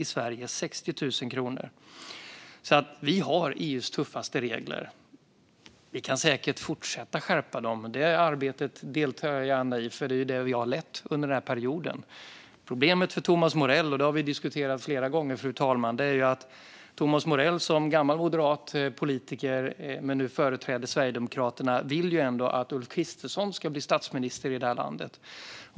I Sverige är det 60 000 kronor, så vi har EU:s tuffaste regler. Vi kan säkert fortsätta skärpa dem. Det arbetet deltar jag gärna i, för det är ju det vi har lett under den här perioden. Problemet för Thomas Morell har vi diskuterat flera gånger, fru talman. Det är att Thomas Morell som är gammal moderatpolitiker men nu företräder Sverigedemokraterna ändå vill att Ulf Kristersson ska bli statsminister i det här landet.